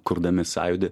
kurdami sąjūdį